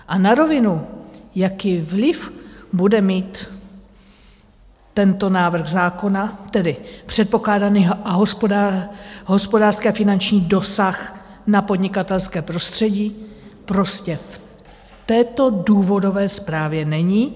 A na rovinu, jaký vliv bude mít tento návrh zákona, tedy předpokládaný hospodářský a finanční dosah na podnikatelské prostředí, prostě v této důvodové zprávě není.